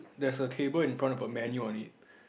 there's a table in front with a menu on it